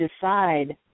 decide